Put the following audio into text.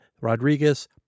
Rodriguez